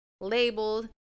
labeled